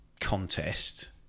contest